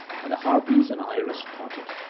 and the harpies and iris parted.